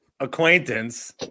Acquaintance